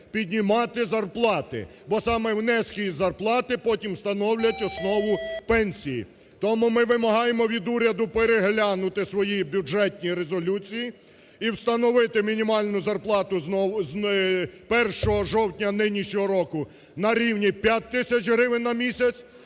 піднімати зарплати, бо саме внески і зарплати потім становлять основу пенсії. Тому ми вимагаємо від уряду переглянути свої бюджетні резолюції і встановити мінімальну зарплату з 1 жовтня нинішнього року на рівні 5 тисяч гривень на місяць,